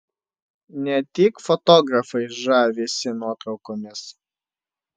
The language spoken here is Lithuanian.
ne tik fotografai žavisi nuotraukomis